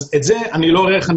אז את זה אני לא הולך לשנות,